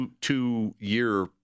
two-year